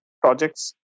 projects